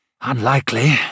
Unlikely